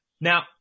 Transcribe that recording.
Now